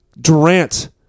Durant